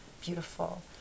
beautiful